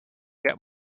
get